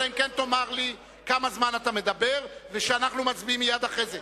אלא אם כן תאמר לי כמה זמן אתה מדבר ושאנחנו מצביעים מייד אחרי זה.